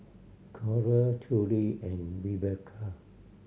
Coral Trudy and Rebekah